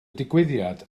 digwyddiad